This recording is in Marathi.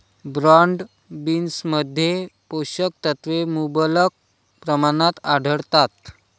ब्रॉड बीन्समध्ये पोषक तत्वे मुबलक प्रमाणात आढळतात